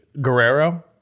Guerrero